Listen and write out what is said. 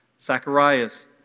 Zacharias